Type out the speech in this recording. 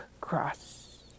cross